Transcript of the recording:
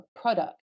product